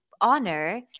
honor